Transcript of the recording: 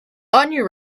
onion